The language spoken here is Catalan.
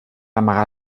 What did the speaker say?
amagar